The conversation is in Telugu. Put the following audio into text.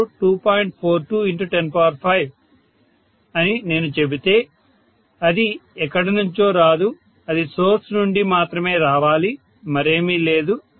42105 అని నేను చెబితే అది ఎక్కడి నుంచో రాదు అది సోర్స్ నుండి మాత్రమే రావాలి మరేమీ లేదు